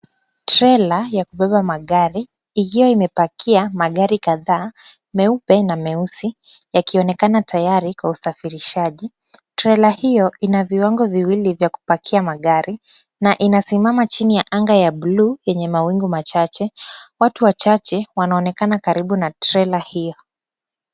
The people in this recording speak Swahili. Trela ya kubeba magari ikiwa imepakia magari kadhaa, meupe na meusi, yakionekana tayari kwa usafirishaji. Trela hiyo ina viwango viwili vya kupakia magari na inasimama chini ya anga ya buluu yenye mawingu machache. Watu wachache wanaonekana karibu na trela hiyo.